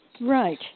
Right